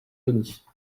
denis